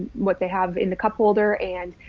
what they have in the cup holder. and,